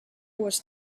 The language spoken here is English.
was